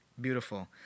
Beautiful